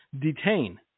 detain